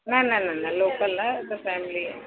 न न न न लोकल न बसि फ़ेमिली